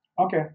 Okay